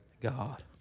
God